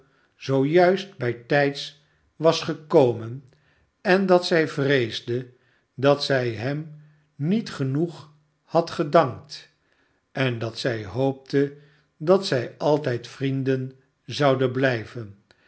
zoo juist bijtijds was gekomen en dat zij vreesde dat zij hem niet genoeg had gedankt en dat zij hoopte dat zij altijd vrienden zouden blijven